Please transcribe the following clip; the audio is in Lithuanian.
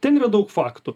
ten yra daug faktų